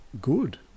good